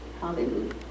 Hallelujah